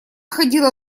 ходила